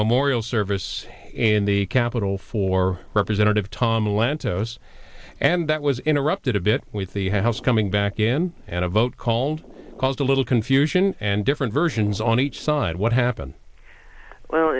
memorial service in the capitol for representative tom lantos and that was interrupted a bit with the house coming back in and a vote called caused a little confusion and different versions on each side what happened well